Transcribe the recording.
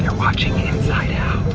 and watching inside out.